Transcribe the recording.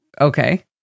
Okay